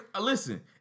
listen